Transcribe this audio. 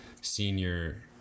senior